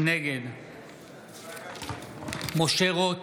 נגד משה רוט,